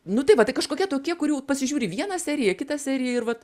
nu tai va taip kažkokie tokie kurių pasižiūri vieną seriją kitą seriją ir vat